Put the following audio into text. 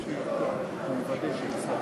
תודה רבה לך,